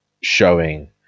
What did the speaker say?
showing